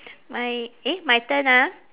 my eh my turn ah